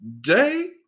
day